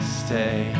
stay